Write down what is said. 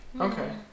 Okay